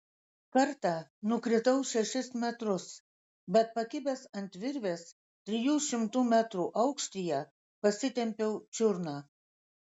kartą nukritau šešis metrus bet pakibęs ant virvės trijų šimtų metrų aukštyje pasitempiau čiurną